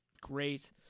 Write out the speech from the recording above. great